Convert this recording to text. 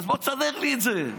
אז בוא תסדר לי את זה.